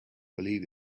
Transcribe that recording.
believe